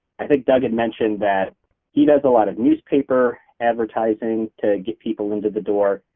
i think doug had mentioned that he does a lot of newspaper advertising to get people into the door,